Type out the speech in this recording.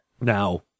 Now